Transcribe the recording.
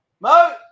mo